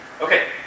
Okay